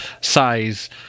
size